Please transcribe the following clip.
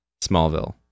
Smallville